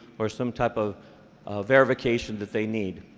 or some type of verification that they need,